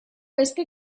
beste